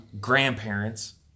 grandparents